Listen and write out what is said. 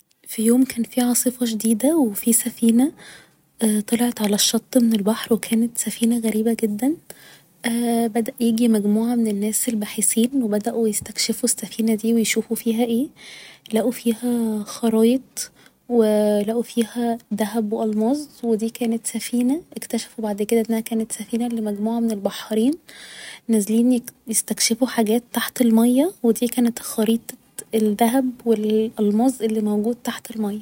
في يوم كان في عاصفة شديدة و في سفينة طلعت على الشط من البحر و كانت سفينة غربة جدا بدأ ييجي مجموعة من الناس الباحثين و بدأوا يستكشفوا السفينة دي و يشوفوا فيها ايه لقوا فيها خرايط و لقوا فيها دهب و الماظ و دي كانت سفينة اكتشفوا بعد كده انها كانت سفينة لمجموعة من البحارين نازلين يستكشفوا حاجات تحت المياه و دي كانت خريطة الدهب و الالماظ الموجود تحت المياه